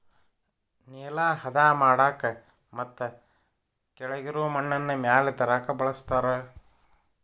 ನೆಲಾ ಹದಾ ಮಾಡಾಕ ಮತ್ತ ಕೆಳಗಿರು ಮಣ್ಣನ್ನ ಮ್ಯಾಲ ತರಾಕ ಬಳಸ್ತಾರ